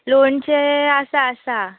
लोणचें आसा आसा